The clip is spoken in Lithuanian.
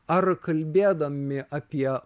ar kalbėdami apie